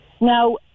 Now